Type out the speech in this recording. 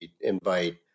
invite